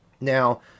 Now